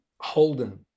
Holden